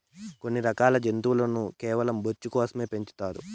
కొన్ని రకాల జంతువులను కేవలం బొచ్చు కోసం పెంచుతారు